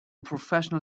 professional